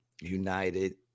United